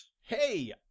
Hey